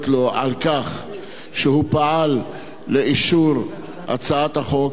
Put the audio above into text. לו על כך שהוא פעל לאישור הצעת החוק,